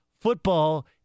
Football